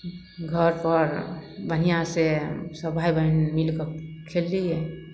घरपर बढ़िआँसँ सभ भाइ बहिन मिलिकऽ खेललिए